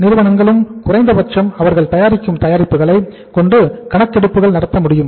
நிறுவனங்களும் குறைந்தபட்சம் அவர்கள் தயாரிக்கும் தயாரிப்புகளை கொண்டு கணக்கெடுப்புகள் நடத்த முடியும்